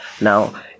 now